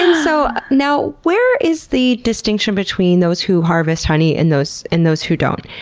yeah so now, where is the distinction between those who harvest honey and those and those who don't?